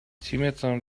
تیمتان